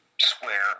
square